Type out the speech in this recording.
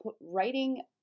writing